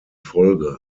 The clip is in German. folge